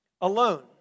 alone